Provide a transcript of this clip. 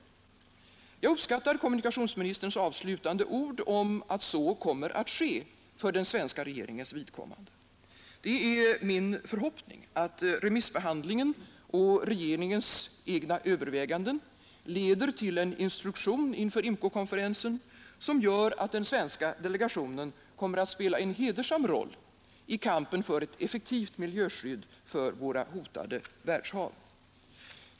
Jag uppskattar kommunikationsministerns avslutande ord om att så kommer att ske för den svenska regeringens vidkommande. Det är min förhoppning att remissbehandlingen och regeringens egna överväganden leder till en instruktion inför IMCO-konferensen som gör att den svenska delegationen kommer att spela en hedersam roll i kampen för ett effektivt miljöskydd för våra hotade världshav.